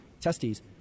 testes